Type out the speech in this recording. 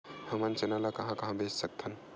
हमन चना ल कहां कहा बेच सकथन?